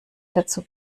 dazu